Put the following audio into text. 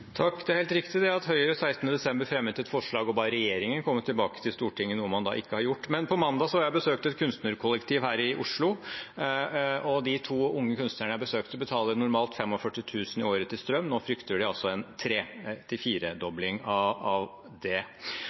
Det er helt riktig at Høyre den 16. desember fremmet et forslag og ba regjeringen komme tilbake til Stortinget – noe man ikke har gjort. Men på mandag besøkte jeg et kunstnerkollektiv her i Oslo. De to unge kunstnerne jeg besøkte, betaler normalt 45 000 kr i strøm; nå frykter de en tre- til firedobling av det.